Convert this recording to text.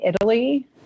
Italy